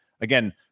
again